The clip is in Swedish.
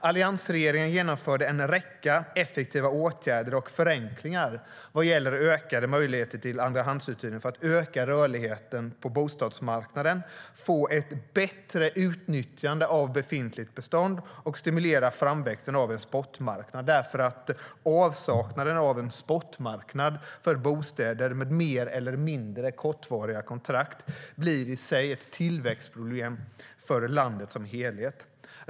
Alliansregeringen genomförde en räcka effektiva åtgärder och förenklingar vad gäller ökade möjligheter till andrahandsuthyrning för att öka rörligheten på bostadsmarknaden, få ett bättre utnyttjande av befintligt bestånd och stimulera framväxten av en spotmarknad, eftersom avsaknaden av en spotmarknad för bostäder med mer eller mindre kortvariga kontrakt i sig blir ett tillväxtproblem för landet som helhet.